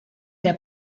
der